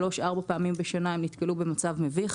שלוש-ארבע פעמים בשנה הם נתקלו במצב מביך.